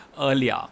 earlier